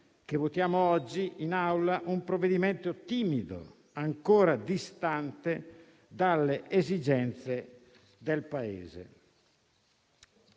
che votiamo oggi in Aula un provvedimento timido, ancora distante dalle esigenze del Paese.